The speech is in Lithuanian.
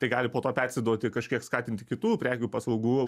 tai gali po to persiduoti kažkiek skatinti kitų prekių paslaugų